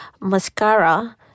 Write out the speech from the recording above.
mascara